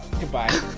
Goodbye